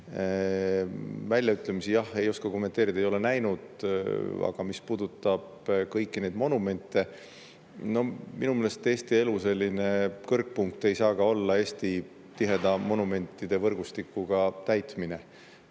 väljaütlemisi ei oska kommenteerida, ei ole näinud. Aga mis puudutab kõiki neid monumente. Minu meelest Eesti elu selline kõrgpunkt ei saa olla Eesti tiheda monumentide võrgustikuga täitmine.